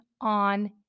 on